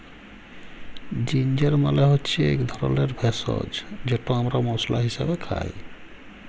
ginger মালে হচ্যে ইক ধরলের ভেষজ যেট আমরা মশলা হিসাবে খাই